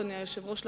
אדוני היושב-ראש,